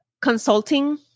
consulting